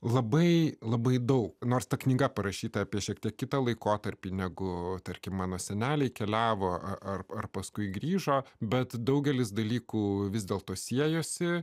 labai labai daug nors ta knyga parašyta apie šiek tiek kitą laikotarpį negu tarkim mano seneliai keliavo ar ar paskui grįžo bet daugelis dalykų vis dėlto siejosi